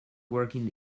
working